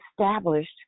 established